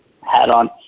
hat-on